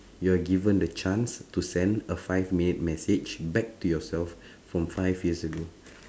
you are given a chance to sent a five minute message to yourself from five years ago